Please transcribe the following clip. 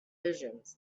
visions